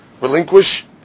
relinquish